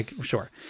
sure